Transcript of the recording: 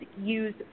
use